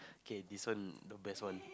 okay listen the best one